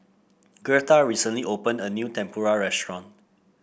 Girtha recently opened a new Tempura restaurant